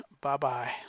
Bye-bye